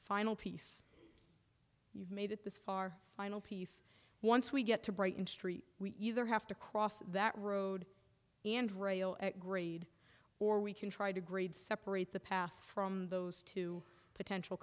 final piece you've made it this far final piece once we get to brighton street we either have to cross that road and rail at grade or we can try to grade separate the path from those two potential